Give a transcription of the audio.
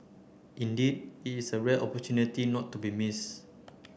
indeed it is a rare opportunity not to be missed